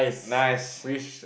nice